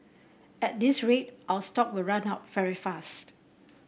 at this rate our stock will run out very fast